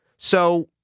so,